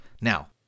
Now